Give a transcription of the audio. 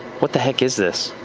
what the heck is this?